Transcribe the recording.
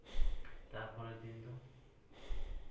ᱛᱟᱨᱯᱚᱨᱮᱨ ᱫᱤᱱ ᱫᱚ